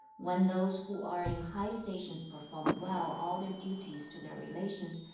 when those who are in high stations perform well all their duties to their relations,